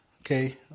Okay